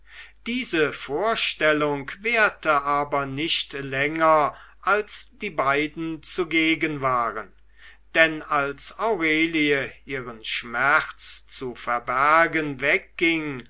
diese verstellung währte aber nicht länger als die beiden zugegen waren denn als aurelie ihren schmerz zu verbergen wegging